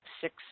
six